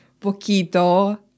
Poquito